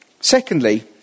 Secondly